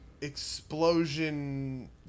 explosion